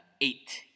eight